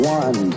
one